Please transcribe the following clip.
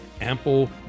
ample